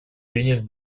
принят